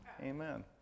Amen